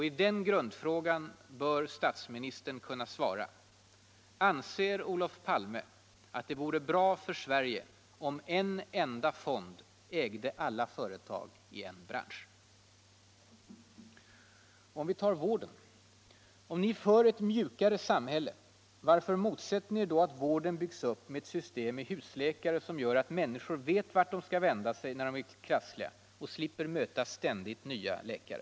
I den grundfrågan bör statsministern kunna svara. Anser Olof Palme att det vore bra för Sverige om en enda fond ägde alla företag i en bransch? Vi tar sedan vården. Om ni är för ett mjukare samhälle — varför motsätter ni er då att vården byggs upp med ett system med husläkare som gör att människor vet vart de skall vända sig när de blir krassliga och slipper möta ständigt nya läkare?